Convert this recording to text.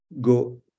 go